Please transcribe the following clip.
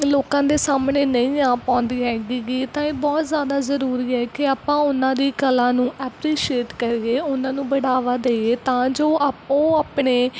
ਲੋਕਾਂ ਦੇ ਸਾਹਮਣੇ ਨਹੀਂ ਆ ਪਾਉਂਦੀ ਹੈਗੀ ਹੈਗੀ ਤਾਂ ਇਹ ਬਹੁਤ ਜ਼ਿਆਦਾ ਜ਼ਰੂਰੀ ਹੈ ਕਿ ਆਪਾਂ ਉਹਨਾਂ ਦੀ ਕਲਾ ਨੂੰ ਐਪਰੀਸ਼ੀਏਟ ਕਰੀਏ ਉਹਨਾਂ ਨੂੰ ਬੜਾਵਾ ਦਈਏ ਤਾਂ ਜੋ ਆਪੋ ਉਹ ਆਪਣੇ